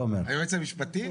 היועץ המשפטי?